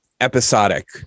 episodic